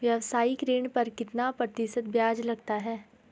व्यावसायिक ऋण पर कितना प्रतिशत ब्याज लगता है?